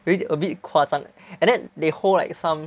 有一点 a bit 夸张 eh and then they hold like some